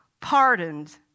pardoned